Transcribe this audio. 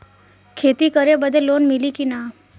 खेती करे बदे लोन मिली कि ना?